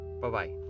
Bye-bye